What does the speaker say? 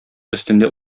өстендә